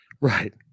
right